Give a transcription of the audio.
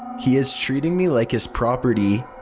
he is treating me like his property.